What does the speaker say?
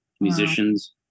musicians